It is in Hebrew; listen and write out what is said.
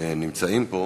נמצאים פה,